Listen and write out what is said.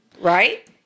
right